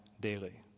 daily